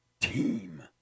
team